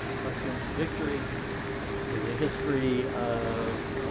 cartoons for victory which was a history of